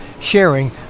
sharing